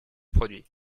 produits